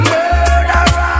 Murderer